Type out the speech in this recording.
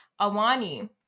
Awani